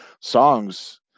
songs